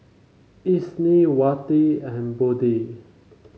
Isni Wati and Budi